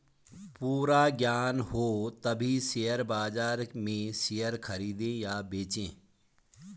पूरा ज्ञान हो तभी शेयर बाजार में शेयर खरीदे या बेचे